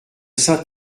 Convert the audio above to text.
saint